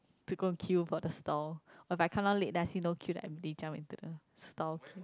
to go and queue for the stall when I come down late then I see no queue I immediately jump into the stall